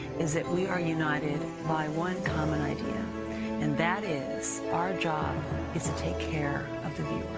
is that we are united by one common idea and that is, our job is to take care of the